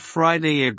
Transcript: Friday